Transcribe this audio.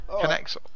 connects